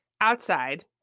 outside